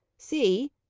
see,